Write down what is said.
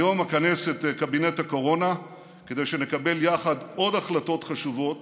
היום אכנס את קבינט הקורונה כדי שנקבל יחד עוד החלטות חשובות